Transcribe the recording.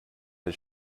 his